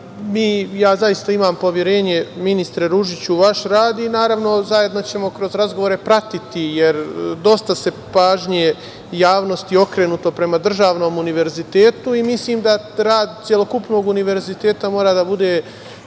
zaista imam poverenje, ministre Ružiću, u vaš rad i, naravno, zajedno ćemo kroz razgovore pratiti, jer dosta pažnje javnosti je okrenuto prema državnom univerzitetu i mislim da rad celokupnog univerziteta mora da bude